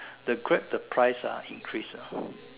the Grab the price ah increase ah